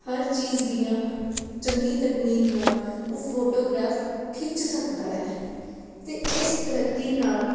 ਹਰ ਚੀਜ਼ ਦੀਆਂ ਚੰਗੀ ਤਕਨੀਕ ਨਾਲ ਉਹ ਫੋਟੋਗ੍ਰਾਫ ਖਿੱਚ ਸਕਦਾ ਹੈ ਅਤੇ ਇਸ ਤਰੱਕੀ ਨਾਲ